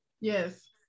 Yes